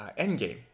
endgame